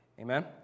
Amen